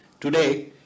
today